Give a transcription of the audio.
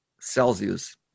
Celsius